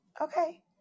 okay